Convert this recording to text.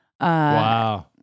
Wow